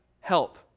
help